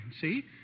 See